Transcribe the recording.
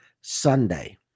Sunday